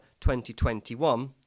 2021